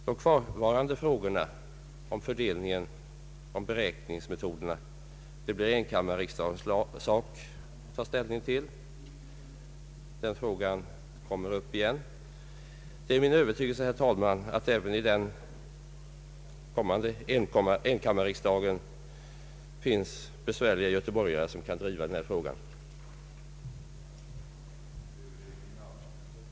De kvarvarande frågorna om fördelningen och beräkningsmetoderna får enkammarriksdagen ta ställning till — denna fråga kommer väl upp igen. Det är min övertygelse, herr talman, att det även i den kommande enkam marriksdagen skall finnas besvärliga göteborgare som kan driva denna fråga. tion. När det gällde s.k. enbilsåkare skulle även sjukdom godtagas som restitutionsgrund. c. att också brist på sysselsättning för fordonet skulle utgöra en förutsättning för dispens. i den mån de icke kunde anses besvarade genom vad utskottet i betänkandet anfört.